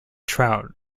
trout